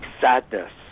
sadness